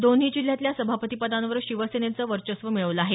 दोन्ही जिल्ह्यातल्या सभापतीपदांवर शिवसेनेनं वर्चस्व मिळवलं आहे